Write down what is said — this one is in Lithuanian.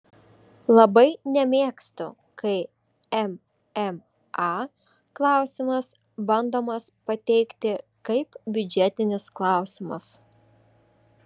labai nemėgstu kai mma klausimas bandomas pateikti kaip biudžetinis klausimas